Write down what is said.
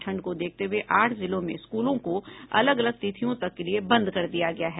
ठंड को देखते हुए आठ जिलों में स्कूलों को अलग अलग तिथियों तक के लिए बंद कर दिया गया है